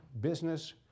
business